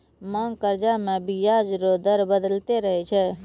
मांग कर्जा मे बियाज रो दर बदलते रहै छै